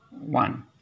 one